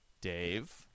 Dave